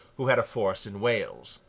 who had a force in wales.